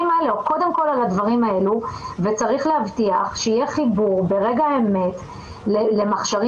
קודם כל על הדברים האלו וצריך להבטיח שיהיה חיבור ברגע האמת למכשירים.